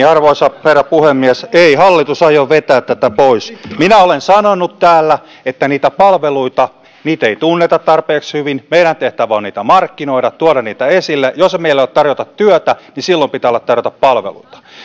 arvoisa herra puhemies ei hallitus aio vetää tätä pois minä olen sanonut täällä että niitä palveluita ei tunneta tarpeeksi hyvin meidän tehtävämme on niitä markkinoida tuoda esille jos meillä ei ole tarjota työtä niin silloin pitää olla tarjota palveluita